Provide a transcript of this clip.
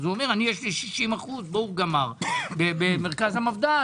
בורג אמר: יש לי 60%, במרכז המפד"ל.